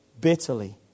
bitterly